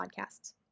podcasts